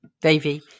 Davey